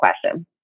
question